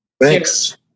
Thanks